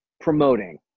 promoting